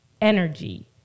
energy